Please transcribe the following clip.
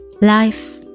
Life